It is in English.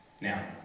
Now